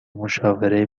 مشاوره